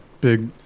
Big